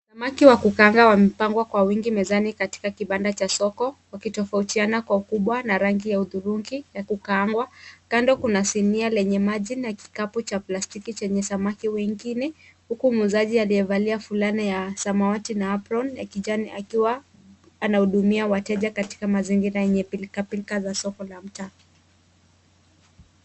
Samaki wa kukaangwa wamepangwa kwa wingi katika kibanda cha soko, wakitofautiana kwa ukubwa, na rangi ya hudhurungi ya kukaangwa, kando kuna sinia lenye maji na kikapu cha plastiki chenye samaki wengine, huku muuzaji aliyevalia fulana ya samawati na apron ya kijani akiwa anahudumia wateja katika mazingira yenye pilkapilka za soko za mtaa.